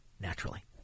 naturally